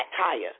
tire